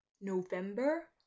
November